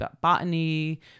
botany